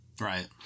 right